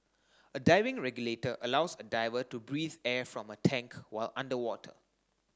a diving regulator allows a diver to breathe air from a tank while underwater